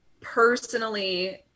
personally